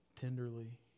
tenderly